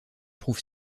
prouve